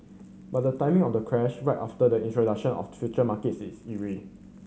but the timing of the crash right after the introduction of future markets is eerie